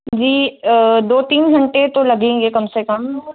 जी दो तीन घंटे तो लगेंगे कम से कम